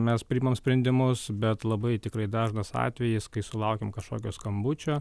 mes priimam sprendimus bet labai tikrai dažnas atvejis kai sulaukiam kažkokio skambučio